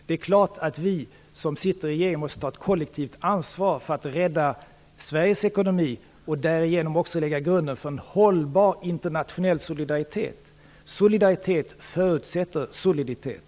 Det är klart att vi som sitter i regeringen måste ta ett kollektivt ansvar för att rädda Sveriges ekonomi och därigenom också lägga grunden för en hållbar internationell solidaritet. Solidaritet förutsätter soliditet.